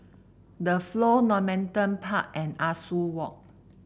The Flow Normanton Park and Ah Soo Walk